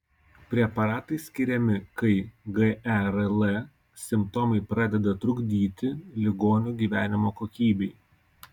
preparatai skiriami kai gerl simptomai pradeda trukdyti ligonio gyvenimo kokybei